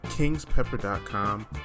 Kingspepper.com